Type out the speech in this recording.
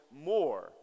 more